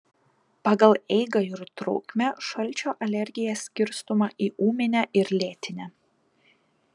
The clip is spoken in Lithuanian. pagal eigą ir trukmę šalčio alergija skirstoma į ūminę ir lėtinę